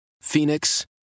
Phoenix